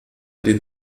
den